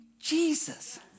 Jesus